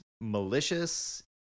malicious